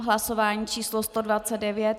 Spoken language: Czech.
Hlasování číslo 129.